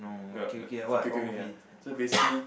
err okay okay only ah so basically